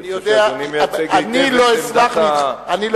אני חושב שאדוני מייצג היטב את עמדת, אני יודע.